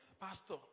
pastor